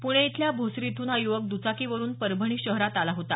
पुणे इथल्या भोसरी इथून हा युवक दुचाकीवरून परभणी शहरात आला होता